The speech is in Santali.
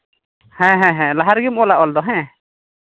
ᱦᱮᱸ ᱦᱮᱸ ᱞᱟᱦᱟ ᱨᱮᱜᱮᱢ ᱚᱞᱟ ᱦᱮᱸ